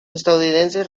estadounidenses